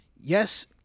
Yes